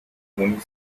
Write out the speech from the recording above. unii